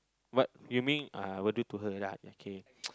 what you mean uh I will do to her lah okay